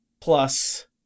plus